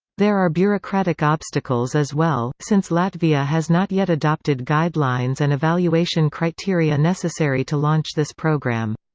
there are bureaucratic obstacles as well, since latvia has not yet adopted guidelines and evaluation criteria necessary to launch this program.